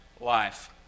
life